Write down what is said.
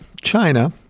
China